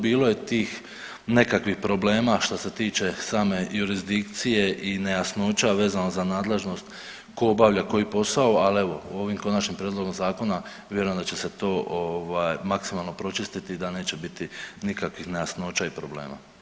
Bilo je tih nekakvih problema što se tiče same jurisdikcije i nejasnoća vezano za nadležnost tko obavlja koji posao, ali evo ovim konačnim prijedlogom zakona vjerujem da će se to ovaj maksimalno pročistiti i da neće biti nikakvih nejasnoća i problema.